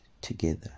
together